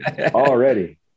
already